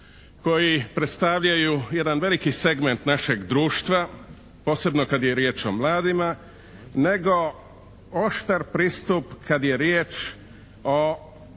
koji predstavljaju jedan veliki segment našeg društva posebno kada je riječ o mladima nego oštar pristup kada je riječ o suzbijanju